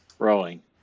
Rolling